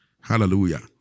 Hallelujah